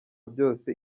byose